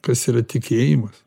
kas yra tikėjimas